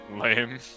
Lame